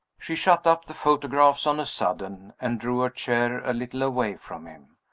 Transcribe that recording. she shut up the photographs on a sudden, and drew her chair a little away from him.